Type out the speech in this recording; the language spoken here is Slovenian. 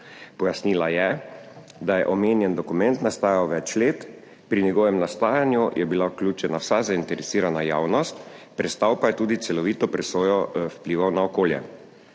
Pojasnila je, da je omenjeni dokument nastajal več let, pri njegovem nastajanju je bila vključena vsa zainteresirana javnost, prestal pa je tudi celovito presojo vplivov na okolje.